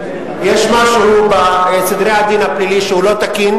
יש משהו בסדרי-הדין הפלילי שהוא לא תקין.